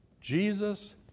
Jesus